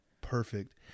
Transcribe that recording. Perfect